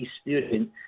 student